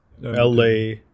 LA